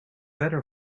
better